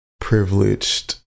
privileged